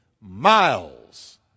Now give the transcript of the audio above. miles